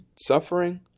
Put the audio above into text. suffering